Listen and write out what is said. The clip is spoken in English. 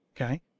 Okay